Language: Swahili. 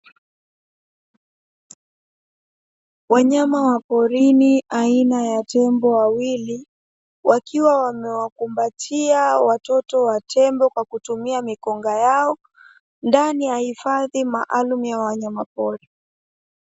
Wanyama wa porini aina ya tembo wawili, wakiwa wamewakumbatia watoto wa tembo kwa kutumia mikonga yao, ndani ya hifadhi maalumu ya wanyama pori.